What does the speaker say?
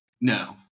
No